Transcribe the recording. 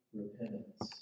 repentance